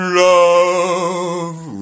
love